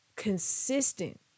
consistent